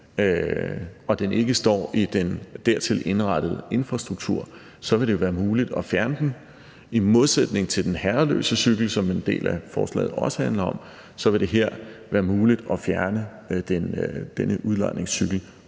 og den ikke står i den dertil indrettede infrastruktur, så vil det være muligt at fjerne den. I modsætning til den herreløse cykel, som en del af forslaget handler om, så vil det her være muligt at fjerne denne udlejningscykel,